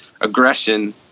aggression